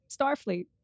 Starfleet